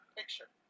picture